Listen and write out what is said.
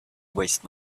waste